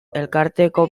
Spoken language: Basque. elkarteko